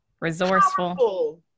resourceful